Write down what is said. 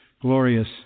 glorious